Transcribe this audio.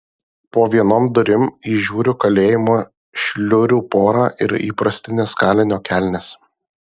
po vienom durim įžiūriu kalėjimo šliurių porą ir įprastines kalinio kelnes